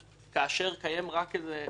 כאשר קיימת רק סמכות